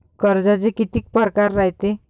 कर्जाचे कितीक परकार रायते?